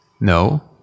No